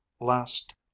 last